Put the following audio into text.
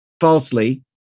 falsely